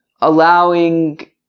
allowing